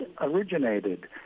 originated